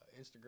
Instagram